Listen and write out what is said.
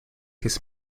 his